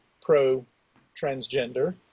pro-transgender